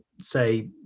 say